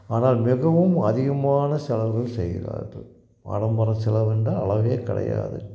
ஆனால் மிகவும் அதிகமான செலவுகள் செய்கிறார்கள் ஆடம்பரம் செலவு என்றால் அளவே கிடையாது